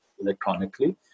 electronically